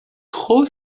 tro